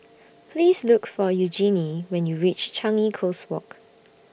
Please Look For Eugenie when YOU REACH Changi Coast Walk